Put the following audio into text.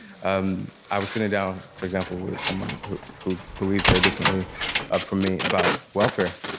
um i was sitting down, for example, with someone who who believes very differently ah from me about welfare.